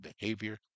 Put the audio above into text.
behavior